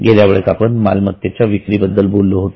गेल्या वेळेस आपण मालमत्तेच्या विक्री बद्दल बोललो होतो